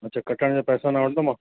अच्छा कटाइण जा पैसा न वठंदव मां